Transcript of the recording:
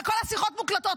וכל השיחות מוקלטות,